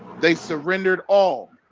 they surrendered all